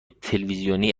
تلویزیونی